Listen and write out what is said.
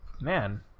man